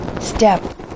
Step